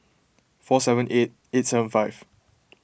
four seven eight eight seven five